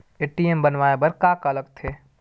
ATM बनवाय बर का का लगथे?